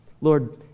Lord